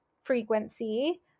frequency